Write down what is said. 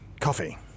coffee